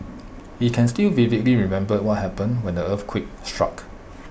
he can still vividly remember what happened when the earthquake struck